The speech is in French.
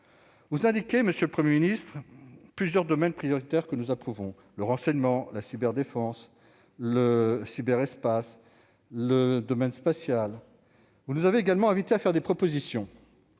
avez indiqué, monsieur le Premier ministre, plusieurs domaines prioritaires que nous approuvons : le renseignement, le cyberespace et le domaine spatial. Vous nous avez également invités à faire des propositions.